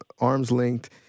arms-linked